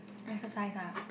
exercise ah